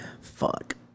fuck